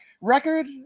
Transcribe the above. record